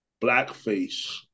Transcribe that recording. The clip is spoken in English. blackface